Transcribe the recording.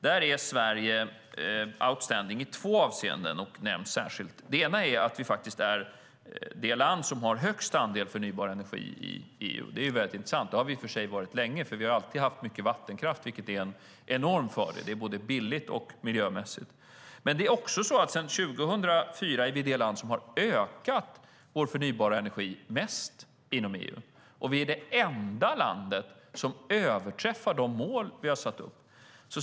Där är Sverige outstanding i två avseenden som nämns särskilt. Det ena är att vi är det land som har högst andel förnybar energi. Det är intressant, och det har vi i och för sig varit länge. Vi har alltid haft mycket vattenkraft, vilken är en enorm fördel. Den är både billig och miljömässig. Sedan 2004 är vi det land som har ökat vår förnybara energi mest inom EU. Och vi är det enda landet som överträffar de mål som vi har satt upp.